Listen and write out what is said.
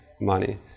money